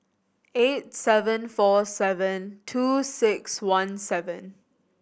eight seven four seven two six one seven